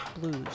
blues